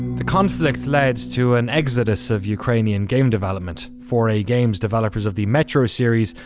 the conflict led to an exodus of ukrainian game development. four a games, developers of the metro series,